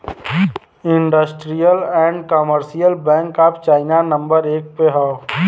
industrial and Commercial Bank of China number एक पे हौ